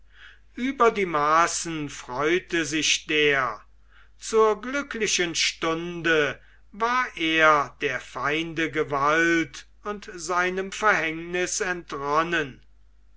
über die maßen freute sich der zur glücklichen stunde war er der feinde gewalt und seinem verhängnis entronnen